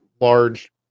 large